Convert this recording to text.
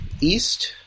East